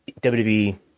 WWE